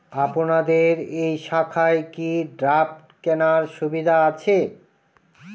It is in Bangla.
আপনাদের এই শাখায় কি ড্রাফট কেনার সুবিধা আছে?